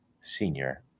senior